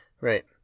right